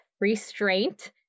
restraint